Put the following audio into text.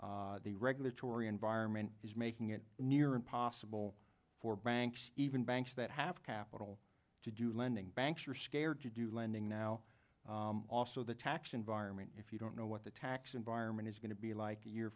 down the regulatory environment is making it near impossible for banks even banks that have capital to do lending banks are scared to do lending now also the tax environment if you don't know what the tax environment is going to be like a year